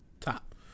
top